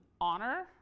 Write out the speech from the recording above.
honor